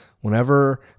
Whenever